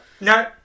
No